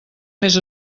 més